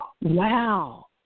Wow